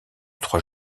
trois